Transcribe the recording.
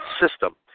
system